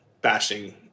bashing